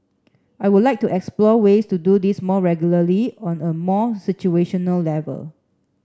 I would like to explore ways to do this more regularly on a more level